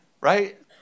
right